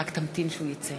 מצביע יצחק אהרונוביץ,